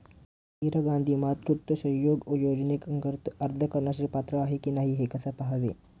इंदिरा गांधी मातृत्व सहयोग योजनेअंतर्गत अर्ज करण्यासाठी पात्र आहे की नाही हे कसे पाहायचे?